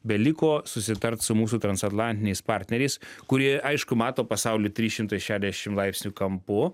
beliko susitart su mūsų transatlantiniais partneriais kurie aišku mato pasaulį trys šimtai šešiasdešim laipsnių kampu